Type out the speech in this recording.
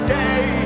day